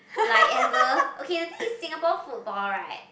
like ever okay the thing is Singapore football right